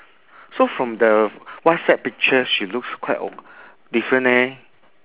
so from the whatsapp picture she looks quite o~ different leh